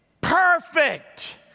perfect